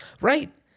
right